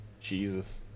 Jesus